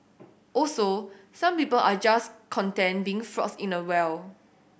also some people are just content being frogs in a well